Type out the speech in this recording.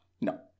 No